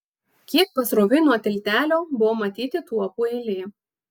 kiek pasroviui nuo tiltelio buvo matyti tuopų eilė